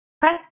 Press